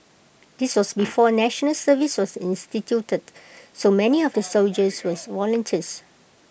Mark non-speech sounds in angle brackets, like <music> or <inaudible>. this was before National Service was instituted so many of the <noise> soldiers were volunteers